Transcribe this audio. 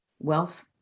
wealth